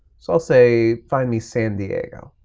so i'll say find me san diego,